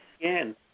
again